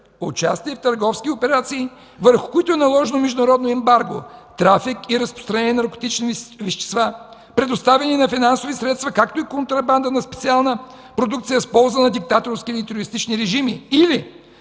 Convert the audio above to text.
участие в търговски операции, върху които е наложено международно ембарго; трафик и разпространение на наркотични вещества; предоставяне на финансови средства, както и контрабанда на специална продукция в полза на диктаторски или терористични режими;